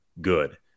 good